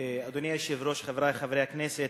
אדוני היושב-ראש, חברי חברי הכנסת,